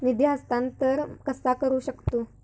निधी हस्तांतर कसा करू शकतू?